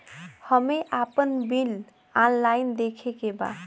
हमे आपन bill online देखे के बा?